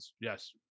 Yes